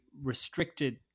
restricted